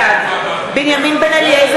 נגד גלעד ארדן,